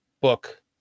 book